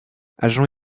agent